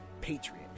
patriot